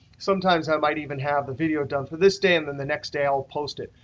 sometimes i might even have the video done for this day, and then the next day i'll post it.